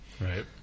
Right